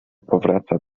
powraca